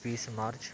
वीस मार्च